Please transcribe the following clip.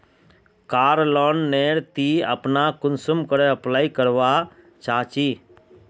कार loan नेर ती अपना कुंसम करे अप्लाई करवा चाँ चची?